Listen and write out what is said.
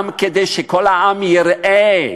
גם כדי שכל העם יראה,